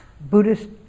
Buddhist